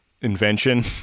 invention